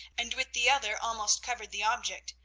and with the other almost covered the object,